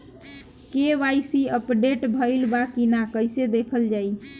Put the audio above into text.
KYC update भइल बा कि ना कइसे देखल जाइ?